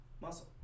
Muscle